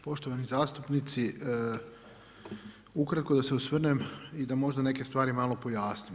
Poštovani zastupnici, ukratko da se osvrnem i da možda neke stvari malo pojasnim.